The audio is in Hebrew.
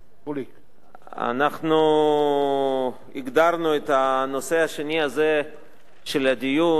אנחנו הגדרנו את הנושא השני הזה של הדיון,